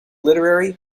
literary